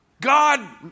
God